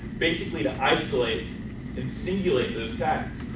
basically, to isolate and singulate those tags,